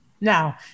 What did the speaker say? Now